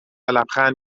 لبخند